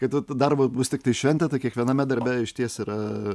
kad darbas bus tiktai šventė tai kiekviename darbe išties yra